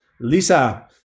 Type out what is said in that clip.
Lisa